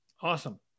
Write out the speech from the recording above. Awesome